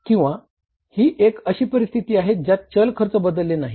किंवा ही एक अशी परिस्थिती आहे ज्यात चल खर्च बदललेले नाहीत